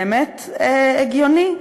באמת הגיוני.